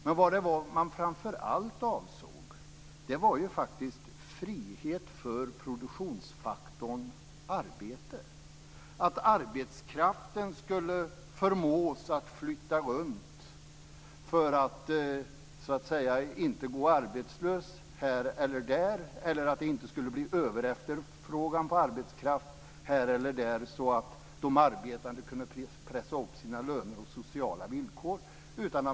Men vad man framför allt avsåg var faktiskt frihet för produktionsfaktorn arbete, att arbetskraften skulle förmås att flytta runt i stället för att gå arbetslös här eller där och för att det inte skulle bli överefterfrågan på arbetskraft så att de arbetande kunde pressa upp sina löner och sociala villkor.